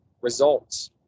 results